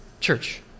church